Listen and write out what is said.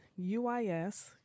UIS